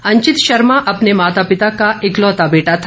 अंचित शर्मा अपने माता पिता का इकलौता बेटा था